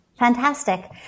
Fantastic